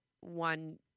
one